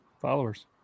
followers